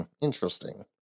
interesting